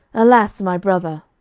alas, my brother!